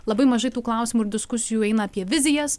labai mažai tų klausimų ir diskusijų eina apie vizijas